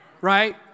right